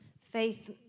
Faith